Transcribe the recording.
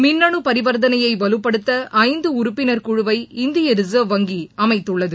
மின்னணு பரிவர்த்தனையை வலுப்படுத்த ஐந்து உறப்பினர் குழுவை இந்திய ரிசர்வ் வங்கி அமைத்துள்ளது